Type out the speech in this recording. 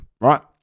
right